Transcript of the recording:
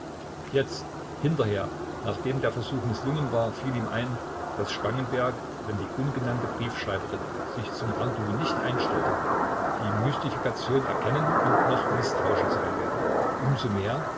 jetzt hinterher nachdem der versuch mißlungen war fiel ihm ein daß spangenberg wenn die ungenannte briefschreiberin sich zum rendezvous nicht einstellte die mystifikation erkennen und noch mißtrauischer sein werde um so mehr